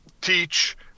teach